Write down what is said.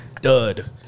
Dud